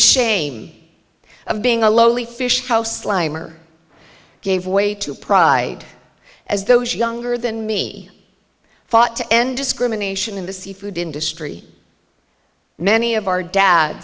shame of being a lowly fish house slimer gave way to pride as those younger than me fought to end discrimination in the seafood industry many of our dad